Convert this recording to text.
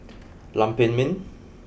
Lam Pin Min